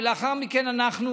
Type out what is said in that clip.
ולאחר מכן אנחנו,